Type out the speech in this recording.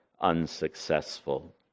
unsuccessful